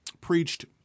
preached